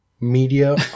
media